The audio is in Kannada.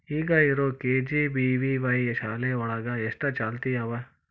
ಈಗ ಇರೋ ಕೆ.ಜಿ.ಬಿ.ವಿ.ವಾಯ್ ಶಾಲೆ ಒಳಗ ಎಷ್ಟ ಚಾಲ್ತಿ ಅವ?